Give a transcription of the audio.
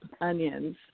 onions